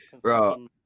Bro